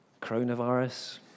Coronavirus